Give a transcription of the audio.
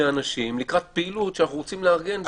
אנשים לקראת פעילות שאנחנו רוצים לארגן.